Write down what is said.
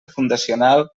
fundacional